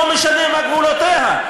לא משנה מה גבולותיה.